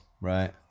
right